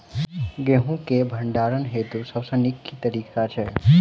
गेंहूँ केँ भण्डारण हेतु सबसँ नीक केँ तरीका छै?